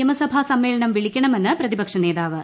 നിയമസഭാ സമ്മേളനം വിളിക്കണമെന്ന് പ്രതിപക്ഷ നേതാവ്